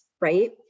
right